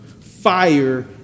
fire